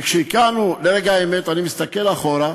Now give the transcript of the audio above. וכשהגענו לרגע האמת אני מסתכל אחורה,